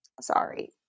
sorry